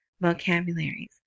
vocabularies